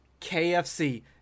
KFC